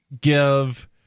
give